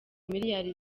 miliyari